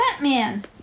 Batman